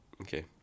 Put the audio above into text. Okay